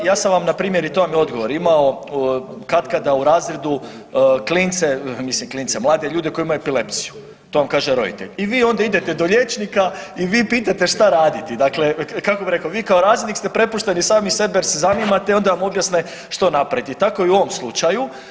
Ja sam vam npr. i to vam je odgovor, imao katkada u razredu klince, mislim mlade ljude koji imaju epilepsiju, to vam kaže roditelj i vi onda idete do liječnika i vi pitate šta raditi, dakle kako bi rekao vi kao razrednik ste prepušteni sami sebi jer se zanimate i onda vam objasne što napraviti, tako i u ovom slučaj.